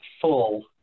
full